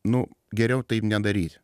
nu geriau taip nedaryt